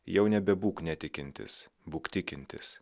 jau nebebūk netikintis būk tikintis